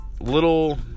little